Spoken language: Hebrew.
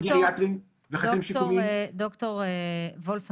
ד"ר וולף,